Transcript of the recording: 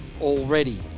already